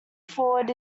forward